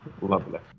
Lovely